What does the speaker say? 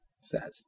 says